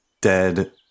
dead